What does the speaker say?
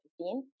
15